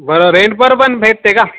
बरं रेंटवर पण भेटते का